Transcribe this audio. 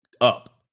up